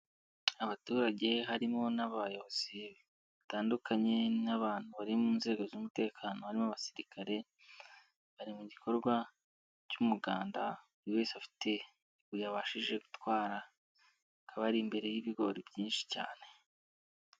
Abaturage harimo n'abayobozi, batandukanye n'abantu bari mu nzego z'umutekano harimo abasirikare, bari mu gikorwa cy'umuganda, buri wese afite, ibuye abashije gutwara. Akaba ari imbere y'ibigori byinshi cyane.